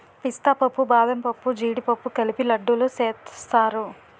పిస్తా పప్పు బాదంపప్పు జీడిపప్పు కలిపి లడ్డూలు సేస్తారు